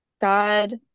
God